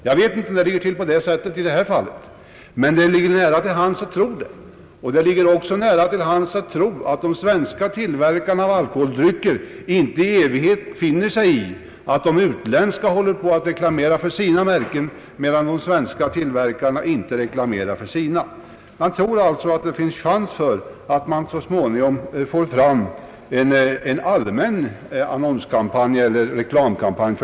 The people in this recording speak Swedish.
Jag vet inte om det förhåller sig på det sättet, men det ligger nära till hands att tro det. Det ligger också nära till hands att tro att de svenska tillverkarna av alkoholdrycker inte i evighet finner sig i att deras utländska konkurrenter reklamerar för sina märken medan de själva inte gör någon reklam. Det föreligger alltså risk för att det blir allmänna reklamkampanjer.